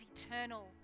eternal